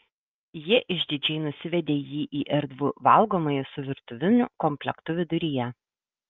ji išdidžiai nusivedė jį į erdvų valgomąjį su virtuviniu komplektu viduryje